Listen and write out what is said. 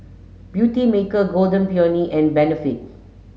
Beautymaker Golden Peony and Benefit